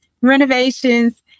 renovations